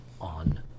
on